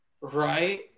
Right